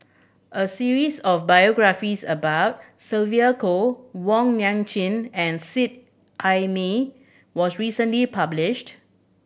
a series of biographies about Sylvia Kho Wong Nai Chin and Seet Ai Mee was recently published